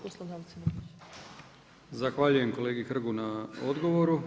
Zahvaljujem kolegi Hrgu na odgovoru.